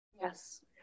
yes